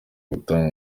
gutanga